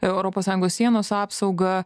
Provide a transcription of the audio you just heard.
europos sąjungos sienos apsauga